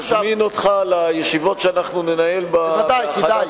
ואני בוודאי מזמין אותך לישיבות שאנחנו ננהל בהכנת